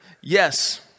Yes